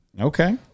Okay